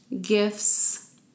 gifts